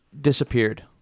disappeared